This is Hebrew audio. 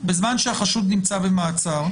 בזמן שהחשוד נמצא במעצר,